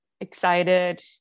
excited